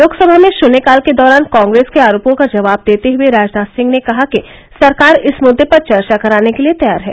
लोकसभा में शन्यकाल के दौरान कांग्रेस के आरोपों का जवाब देते हुए राजनाथ सिंह ने कहा कि सरकार इस मुद्दे पर चर्चा कराने के लिए तैयार है